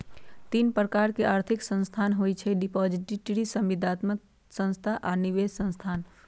तीन प्रकार के आर्थिक संस्थान होइ छइ डिपॉजिटरी, संविदात्मक संस्था आऽ निवेश संस्थान